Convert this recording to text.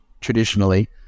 traditionally